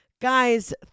guys